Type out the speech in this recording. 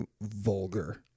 vulgar